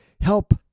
Help